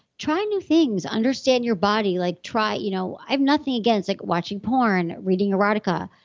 try new things. understand your body. like try. you know i have nothing against like watching porn, reading erotica,